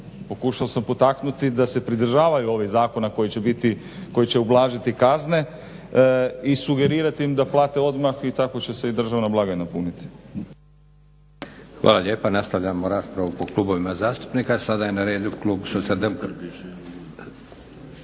pokušao sam potaknuti da se pridržavaju ovih zakona koji će biti, koji će ublažiti kazne i sugerirati im da plate odmah i tako će se i državna blagajna puniti.